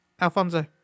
alfonso